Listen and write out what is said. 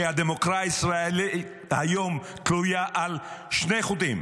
כי הדמוקרטיה הישראלית היום תלויה על שני חוטים,